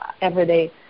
everyday